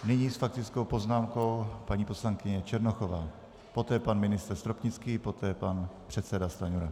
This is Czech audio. Nyní s faktickou poznámkou paní poslankyně Černochová, poté pan ministr Stropnický, poté pan předseda Stanjura.